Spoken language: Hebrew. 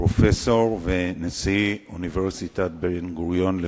פרופסור ונשיא אוניברסיטת בן-גוריון לשעבר.